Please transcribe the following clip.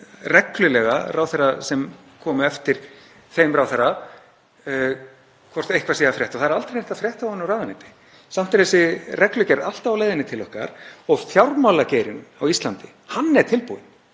spurt reglulega ráðherra sem komu eftir þeim ráðherra hvort eitthvað sé að frétta og það er aldrei neitt að frétta ofan úr ráðuneyti. Samt er þessi reglugerð alltaf á leiðinni til okkar og fjármálageirinn á Íslandi er tilbúinn.